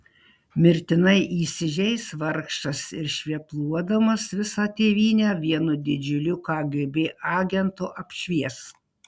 mirtinai įsižeis vargšas ir švepluodamas visą tėvynę vienu didžiuliu kgb agentu apšvies